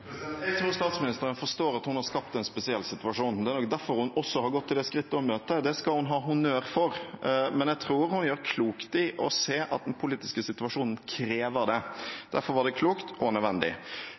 Jeg tror statsministeren forstår at hun har skapt en spesiell situasjon. Det er vel også derfor hun har gått til det skritt å møte her. Det skal hun ha honnør for. Men jeg tror hun gjør klokt i å se at den politiske situasjonen krever det.